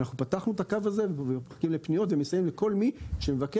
אנחנו פתחנו את הקו הזה ומחכים לפניות ומסייעים לכל מי שמבקש.